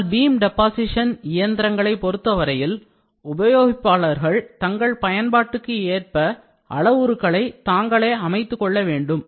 ஆனால் beam deposition இயந்திரங்களை பொருத்தவரையில் உபயோகிப்பாளர்கள் தங்கள் பயன்பாட்டுக்கு ஏற்ப அளவுருக்களை தாங்களே அமைத்துக்கொள்ள வேண்டும்